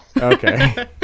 Okay